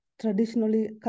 traditionally